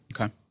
Okay